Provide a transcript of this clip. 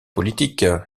politique